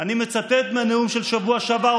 אני מצטט מהנאום של השבוע שעבר,